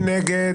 מי נמנע?